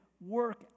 work